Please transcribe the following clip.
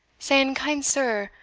saying, kind sir,